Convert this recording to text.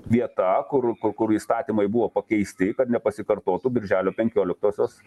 vieta kur kur įstatymai buvo pakeisti kad nepasikartotų birželio penkioliktosios